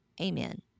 Amen